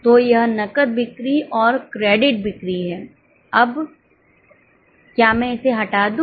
तो यह नकद बिक्री और क्रेडिट बिक्री है अब क्या मैं इसे हटा दूं